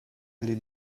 les